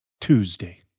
Tuesday